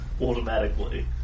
Automatically